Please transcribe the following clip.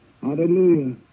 hallelujah